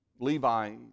Levi